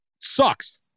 Sucks